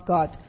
God